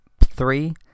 three